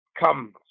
come